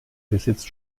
besitzt